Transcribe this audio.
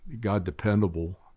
God-dependable